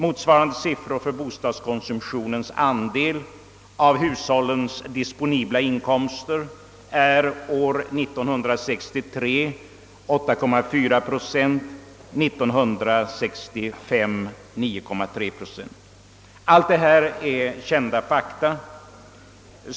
Motsvarande siffror för bostadskonsumtionens andel av hushållens disponibla inkomster var år 1963 8,4 procent och år 1965 9,3 procent. Allt detta är kända fakta.